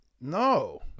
no